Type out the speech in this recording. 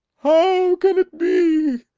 how can it be?